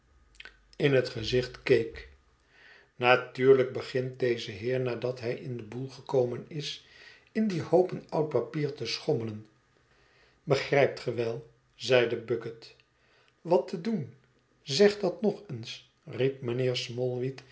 in het gezicht keek natuurlijk begint deze heer nadat hij in den boel is gekomen in die hoopen oud papier te schommelen begrijpt ge wel zeide bucket wat te doen zeg dat nog eens riep mijnheer